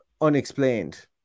unexplained